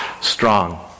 strong